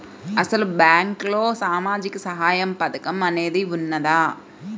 అసలు బ్యాంక్లో సామాజిక సహాయం పథకం అనేది వున్నదా?